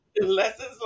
Lessons